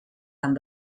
amb